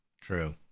True